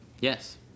Yes